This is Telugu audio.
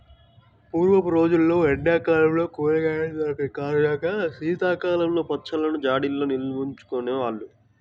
పూర్వపు రోజుల్లో ఎండా కాలంలో కూరగాయలు దొరికని కారణంగా శీతాకాలంలో పచ్చళ్ళను జాడీల్లో నిల్వచేసుకునే వాళ్ళు